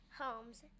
homes